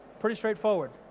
pretty straightforward.